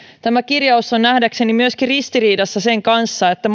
tämä kirjaus on nähdäkseni myöskin ristiriidassa sen kanssa että